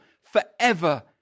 forever